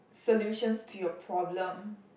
solutions to your problem